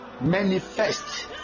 manifest